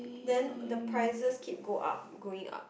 then the prices keep go up going up